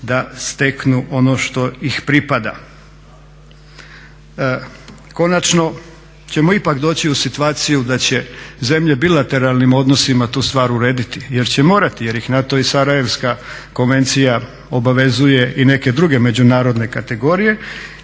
da steknu ono što ih pripada. Konačno ćemo ipak doći u situaciju da će zemlje bilateralnim odnosima tu stvar urediti jer će morati jer ih na to i sarajevska konvencija obavezuje i neke druge međunarodne kategorije